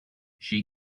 she